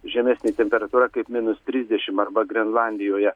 žemesnė temperatūra kaip minus trisdešimt arba grenlandijoje